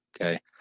Okay